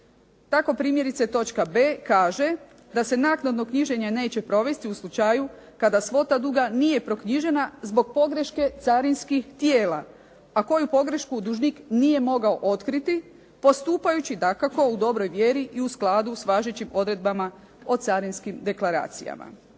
Tako primjerice točka B kaže, da se naknadno knjiženje neće provesti u slučaju kada svota duga nije proknjižena zbog pogreške carinskih tijela, a koju pogrešku dužnik nije mogao otkriti postupajući dakako u dobroj vjeri i u skladu s važećim odredbama o carinskim deklaracijama.